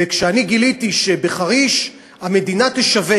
וכשאני גיליתי שבחריש המדינה תשווק